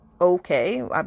okay